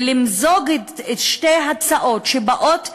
ולמזג את שתי ההצעות שבאות,